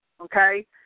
Okay